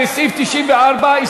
לסעיף 94,